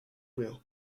will